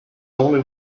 only